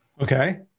Okay